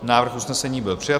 Návrh usnesení byl přijat.